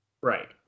Right